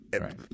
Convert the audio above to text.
Right